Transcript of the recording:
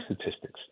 statistics